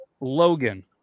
Logan